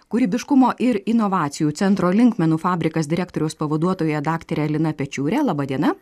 kūrybiškumo ir inovacijų centro linkmenų fabrikas direktoriaus pavaduotoja daktare lina pečiūre laba diena